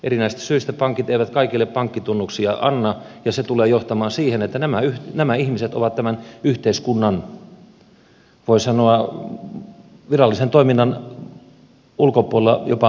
erinäisistä syistä pankit eivät kaikille pankkitunnuksia anna ja se tulee johtamaan siihen että nämä ihmiset ovat tämän yhteiskunnan voi sanoa virallisen toiminnan ulkopuolella jopa maan alla